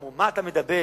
אמרו: מה אתה מדבר,